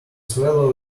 swallow